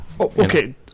okay